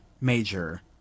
Major